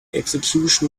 execution